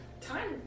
time